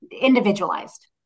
Individualized